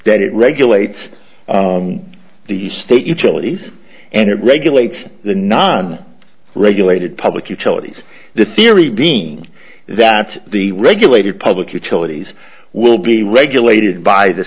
it regulates the state utilities and it regulates the non regulated public utilities the theory being that the regulated public utilities will be regulated by the